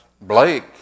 Blake